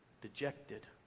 dejected